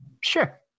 sure